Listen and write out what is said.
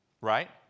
Right